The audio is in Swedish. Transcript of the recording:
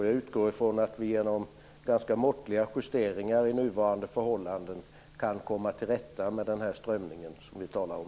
Jag utgår från att vi genom ganska måttliga justeringar i nuvarande förhållanden kan komma till rätta med den strömning som vi nu talar om.